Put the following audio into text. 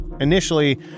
Initially